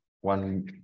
one